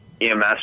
EMS